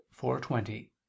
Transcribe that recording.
420